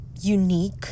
unique